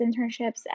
internships